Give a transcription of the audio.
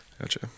gotcha